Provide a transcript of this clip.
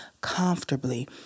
comfortably